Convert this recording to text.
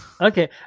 Okay